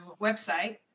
website